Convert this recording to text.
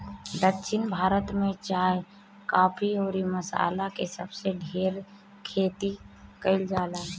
दक्षिण भारत में चाय, काफी अउरी मसाला के सबसे ढेर खेती कईल जाला